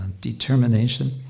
determination